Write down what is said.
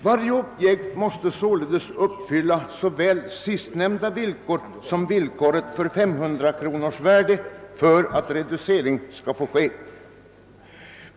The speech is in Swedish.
Varje objekt måste således uppfylla såväl sistnämnda villkor som villkoret om 200 kronors värde för att reducering skall få ske.